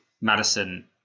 Madison